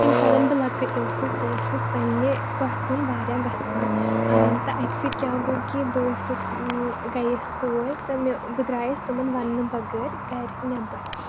ییٚمہِ ساتہٕ بہٕ لۅکٕٹ ٲسٕس بہٕ ٲسٕس پنٕنہِ پھۅپھہِ ہُنٛد واریاہ گژھان تہٕ اَکہِ پھِرِ کیٛاہ گوٚو کہِ بہٕ ٲسٕس گٔیَس تور تہٕ مےٚ بہٕ درٛایَس تِمَن وَننہٕ بغٲر گَرِ نیٚبَر